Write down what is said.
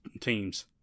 teams